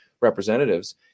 Representatives